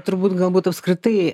turbūt galbūt apskritai